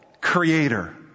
creator